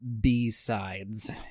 B-sides